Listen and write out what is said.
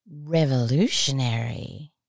revolutionary